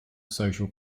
social